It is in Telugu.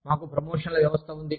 మాకు ప్రమోషన్ల వ్యవస్థ ఉంది